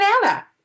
banana